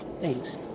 thanks